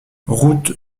route